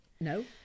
No